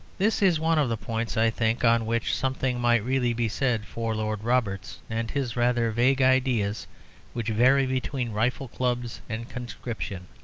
this is one of the points, i think, on which something might really be said for lord roberts and his rather vague ideas which vary between rifle clubs and conscription.